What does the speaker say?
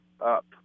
up